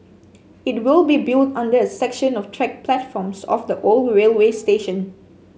it will be built under a section of track platforms of the old railway station